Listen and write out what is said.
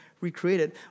recreated